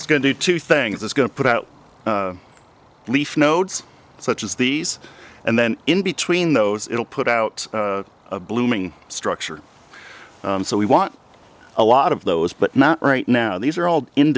it's going to two thing that's going to put out the leaf nodes such as these and then in between those it'll put out a blooming structure so we want a lot of those but not right now these are old in